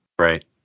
Right